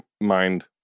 mind